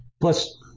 Plus